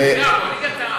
ליגת-העל.